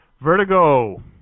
Vertigo